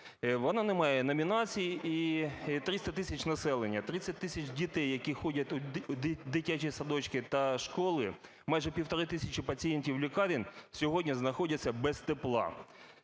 Воно не має номінацій і 300 тисяч населення, 30 тисяч дітей, які ходять в дитячі садочки та школи, майже 1,5 тисячі пацієнтів лікарень сьогодні знаходяться без тепла.